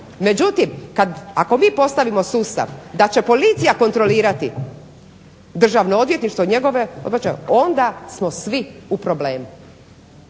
Međutim ako mi postavimo sustav da će policija kontrolirati Državno odvjetništvo i njegove odbačaje onda smo svi u problemu